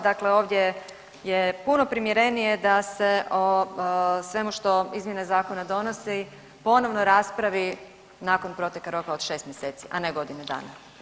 Dakle, ovdje je puno primjerenije da se o svemu što izmjena zakona donosi ponovno raspravi nakon proteka roka od 6 mjeseci, a ne godine dana.